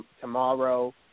tomorrow